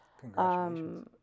Congratulations